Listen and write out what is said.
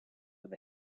with